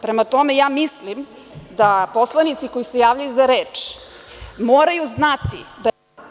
Prema tome, mislim da poslanici koji se javljaju za reč moraju znati da…